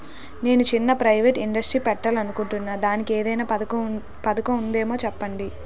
నేను చిన్న private industry పెట్టాలి అనుకుంటున్నా దానికి ఏదైనా పథకం ఉందేమో చెప్పండి?